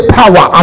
power